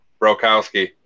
Brokowski